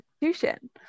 institution